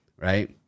right